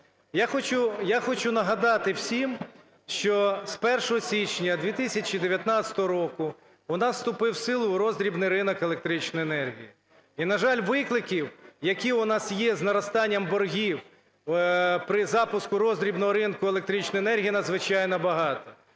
Я хочу нагадати всім, що з 1 січня 2019 року у нас вступив в силу роздрібний ринок електричної енергії. І на жаль, викликів, які у нас є з наростанням боргів при запуску роздрібного ринку електричної енергії, надзвичайно багато.